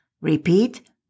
Repeat